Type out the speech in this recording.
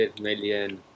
million